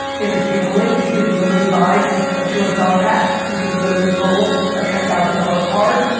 it is gambling. you can literally buy a two hundred dollars pack. you can literally pull a ten thousand dollars card.